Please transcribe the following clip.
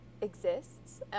exists